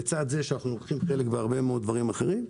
לצד זה שאנחנו לוקחים חלק בהרבה מאוד דברים אחרים,